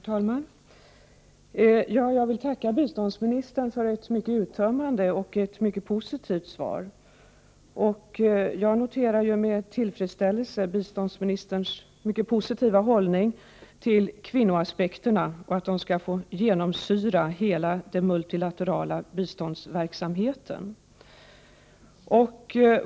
Herr talman! Jag vill tacka biståndsministern för ett mycket uttömmande och mycket positivt svar. Jag noterar med tillfredsställelse biståndsministerns mycket positiva hållning till kvinnoaspekterna och att de skall få genomsyra hela den multilaterala biståndsverksamheten.